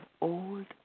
old